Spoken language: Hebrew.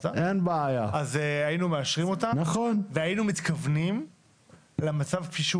היינו מאשרים אותן והיינו מתכוונים למצב כפי שהוא.